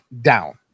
down